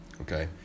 okay